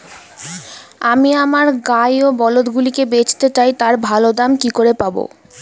আমি আমার গাই ও বলদগুলিকে বেঁচতে চাই, তার ভালো দাম কি করে পাবো?